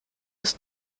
des